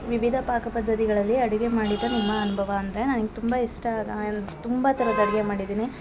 ವಿವಿಧ ಪಾಕ ಪದ್ಧತಿಗಳಲ್ಲಿ ಅಡಿಗೆ ಮಾಡಿದ ನಿಮ್ಮ ಅನುಭವ ಅಂದರೆ ನನಗೆ ತುಂಬ ಇಷ್ಟ ಆದ ಆಯ್ನ್ ತುಂಬ ಥರದ ಅಡ್ಗೆ ಮಾಡಿದ್ದೀನಿ